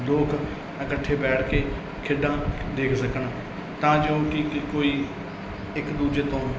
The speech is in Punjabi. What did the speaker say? ਲੋਕ ਇਕੱਠੇ ਬੈਠ ਕੇ ਖੇਡਾਂ ਦੇਖ ਸਕਣ ਤਾਂ ਜੋ ਕੀ ਕੀ ਕੋਈ ਇੱਕ ਦੂਜੇ ਤੋਂ